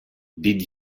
did